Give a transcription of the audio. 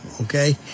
Okay